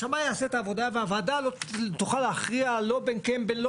השמאי יעשה את העבודה והוועדה לא תוכל להכריע לא בין כן ולא.